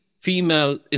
female